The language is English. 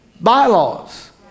bylaws